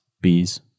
Bees